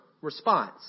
response